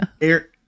air